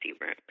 room